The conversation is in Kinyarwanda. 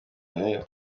mayor